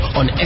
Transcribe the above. on